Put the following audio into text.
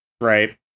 Right